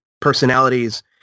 personalities